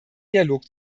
dialog